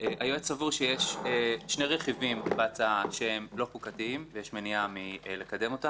היועץ סבור שיש שני רכיבים בהצעה שאינם חוקתיים ויש מניעה לקדמם.